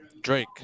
Drake